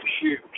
shoot